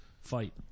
fight